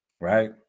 right